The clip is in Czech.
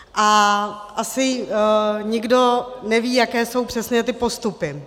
A asi nikdo neví, jaké jsou přesné ty postupy.